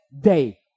day